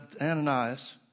Ananias